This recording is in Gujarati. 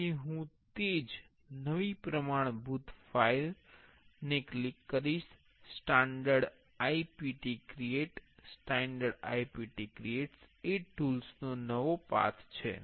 તેથી હું તે જ નવી પ્રમાણભૂત ભાગ ફાઇલ ને ક્લિક કરીશ સટાંડર્ડ IPT ક્રિએટ્સ એ ટૂલ્સનો નવો પાથ છે